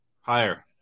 Higher